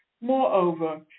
Moreover